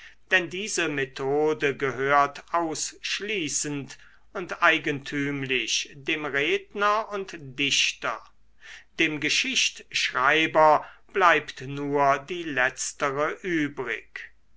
denn diese methode gehört ausschließend und eigentümlich dem redner und dichter dem geschichtschreiber bleibt nur die letztere übrig